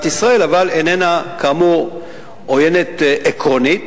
ישראל אבל כאמור איננה עוינת עקרונית,